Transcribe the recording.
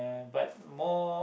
but more